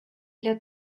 для